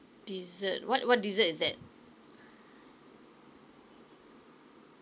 dessert what what dessert is that